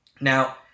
Now